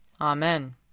Amen